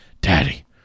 Daddy